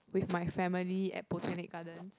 with my family at Botanic Gardens